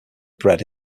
bred